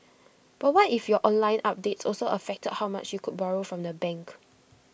but what if your online updates also affected how much you could borrow from the bank